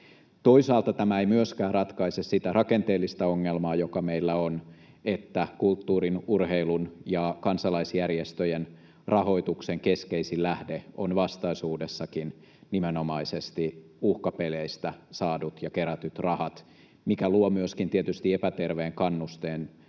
Toisaalta tämä ei myöskään ratkaise sitä rakenteellista ongelmaa, joka meillä on, että kulttuurin, urheilun ja kansalaisjärjestöjen rahoituksen keskeisin lähde on vastaisuudessakin nimenomaisesti uhkapeleistä saadut ja kerätyt rahat, mikä luo tietysti myöskin epäterveen kannusteen näiden